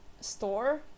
store